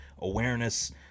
awareness